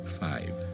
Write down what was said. five